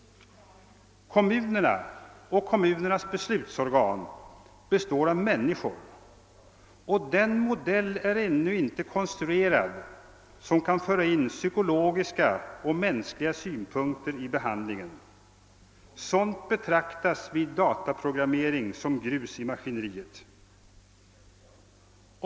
Kommunerna och deras beslutsorgan består av människor, och den modell är ännu inte Konstruerad som kan föra in psykologiska och mänskliga synpunkter i behandlingen. Sådant betraktas vid dataprogrammering som grus i maskineriet.